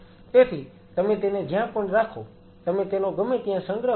તેથી તમે તેને જ્યાં પણ રાખો તમે તેનો ગમે ત્યાં સંગ્રહ કરો